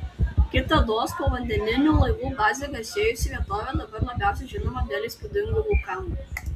kitados povandeninių laivų baze garsėjusi vietovė dabar labiausiai žinoma dėl įspūdingų vulkanų